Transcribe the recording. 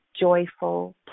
joyful